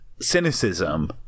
cynicism